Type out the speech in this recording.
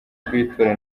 rw’itora